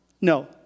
No